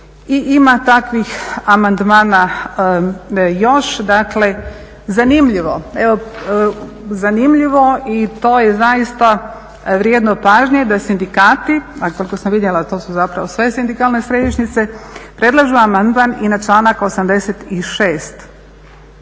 ima takvih amandmana još, dakle zanimljivo, evo zanimljivo i to je zaista vrijedno pažnje da sindikati, a koliko sam vidjela to su zapravo sve sindikalne središnjice predlažu amandman i na članak 86.